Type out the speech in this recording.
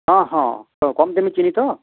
ହଁ ହଁ ହଉ କମ୍ ଦେମି ଚିନି ତ